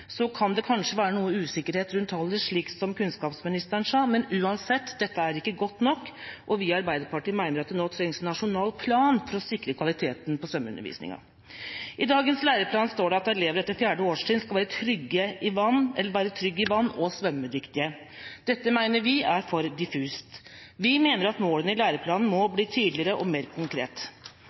Så kan det kanskje være noe usikkerhet rundt tallene, slik som kunnskapsministeren sa, men uansett: Dette er ikke godt nok, og vi i Arbeiderpartiet mener at det nå trengs en nasjonal plan for å sikre kvaliteten på svømmeundervisninga. I dagens læreplan står det at elevene etter 4. årstrinn skal være trygge i vann og svømmedyktige. Dette mener vi er for diffust. Vi mener at målene i læreplanen må bli tydeligere og mer konkrete.